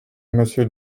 monsieur